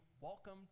welcome